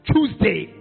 Tuesday